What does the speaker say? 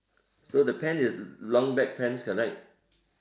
so the pants is long black pants correct